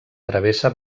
travessa